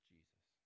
Jesus